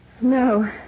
No